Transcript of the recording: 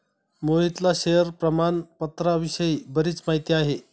मोहितला शेअर प्रामाणपत्राविषयी बरीच माहिती आहे